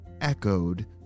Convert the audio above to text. echoed